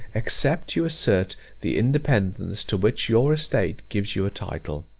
except you assert the independence to which your estate gives you a title.